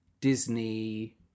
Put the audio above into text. disney